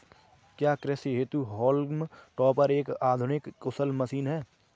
क्या कृषि हेतु हॉल्म टॉपर एक आधुनिक कुशल मशीन है?